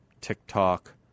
TikTok